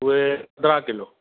उहे पंद्रहं किलो